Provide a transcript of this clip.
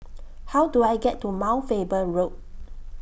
How Do I get to Mount Faber Road